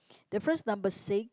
difference number six